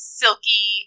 silky